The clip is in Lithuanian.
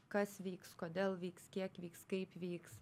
kas vyks kodėl vyks kiek vyks kaip vyks